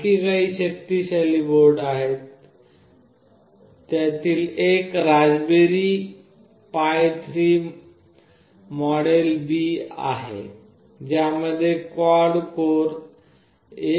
आणखी काही शक्तीशाली बोर्ड आहेत त्यातील एक Raspberry Pi 3 model B आहे ज्यामध्ये क्वाड कोर 1